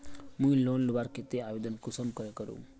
मुई लोन लुबार केते आवेदन कुंसम करे करूम?